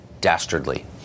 dastardly